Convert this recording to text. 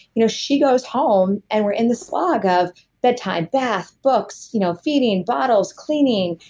you know she goes home and we're in this slog of bedtime, bath, books, you know feeding, bottles cleaning,